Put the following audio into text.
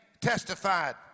testified